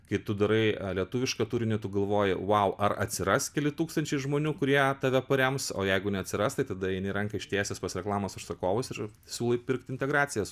kai tu darai lietuvišką turinį tu galvoji vau ar atsiras keli tūkstančiai žmonių kurie tave parems o jeigu neatsiras tai tada eini ranką ištiesęs pas reklamos užsakovus ir siūlai pirkti integracijas